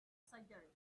surgery